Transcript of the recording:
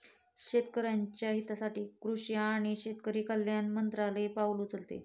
शेतकऱ्याच्या हितासाठी कृषी आणि शेतकरी कल्याण मंत्रालय पाउल उचलते